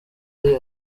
ari